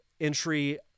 entry